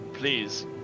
Please